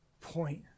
point